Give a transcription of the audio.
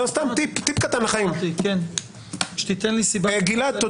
בהתחשב בהיקף הנושאים העצום עליו מופקדים כל אחד מהאגפים וסוג